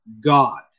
God